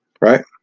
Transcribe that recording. right